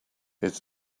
it’s